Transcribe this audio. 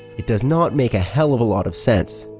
it does not make a hell of a lot of sense.